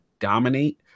dominate